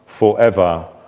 Forever